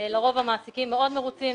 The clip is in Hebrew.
לרוב המעסיקים מאוד מרוצים,